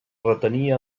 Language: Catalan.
retenia